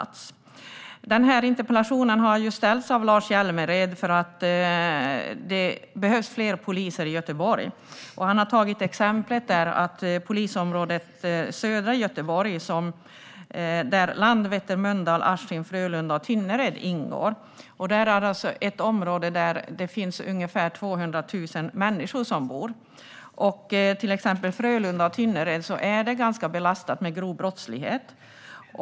Denna interpellation har ställts av Lars Hjälmered för att det behövs fler poliser i Göteborg. Som exempel har han nämnt polisområdet i södra Göteborg, där Landvetter, Mölndal, Askim, Frölunda och Tynnered ingår. I detta område bor ungefär 200 000 människor. Exempelvis Frölunda och Tynnered är ganska belastade av grov brottslighet.